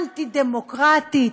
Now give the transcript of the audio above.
אנטי-דמוקרטית,